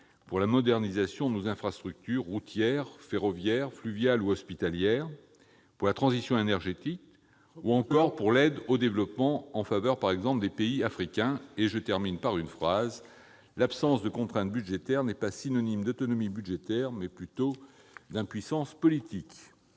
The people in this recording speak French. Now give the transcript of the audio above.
pour la modernisation de nos infrastructures routières, ferroviaires, fluviales ou hospitalières, pour la transition énergétique ou encore pour l'aide au développement en faveur, par exemple, des pays africains. Il faut conclure, mon cher collègue. L'absence de contraintes budgétaires est synonyme non pas d'autonomie budgétaire, mais plutôt d'impuissance politique.